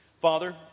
father